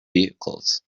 vehicles